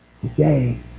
Today